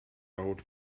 old